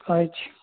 करैत छी